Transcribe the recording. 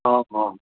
ओहो